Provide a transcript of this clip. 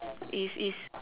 is is